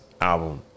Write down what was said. album